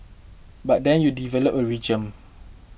but then you develop a regime